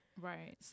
right